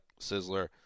Sizzler